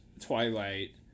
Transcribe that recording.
Twilight